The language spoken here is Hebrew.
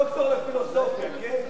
דוקטור לפילוסופיה, כן?